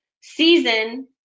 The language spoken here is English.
season